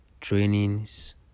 trainings